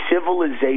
civilization